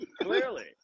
clearly